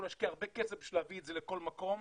להשקיע הרבה כסף בשביל להביא את זה לכל מקום,